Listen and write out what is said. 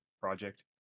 project